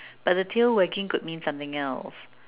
but the tail wagging could mean something else